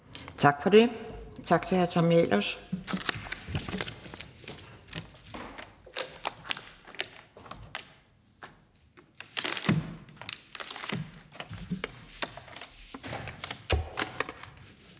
Tak for det. Tak til hr. Thomas